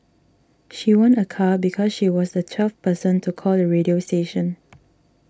she won a car because she was the twelfth person to call the radio station